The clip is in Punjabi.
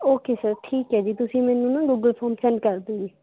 ਓਕੇ ਸਰ ਠੀਕ ਹੈ ਜੀ ਤੁਸੀਂ ਮੈਨੂੰ ਨਾ ਗੂਗਲ ਫੋਮ ਸੈਂਡ ਕਰ ਦਿਓ ਜੀ